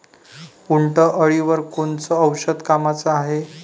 उंटअळीवर कोनचं औषध कामाचं हाये?